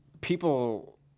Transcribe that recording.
people